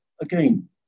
again